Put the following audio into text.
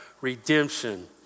redemption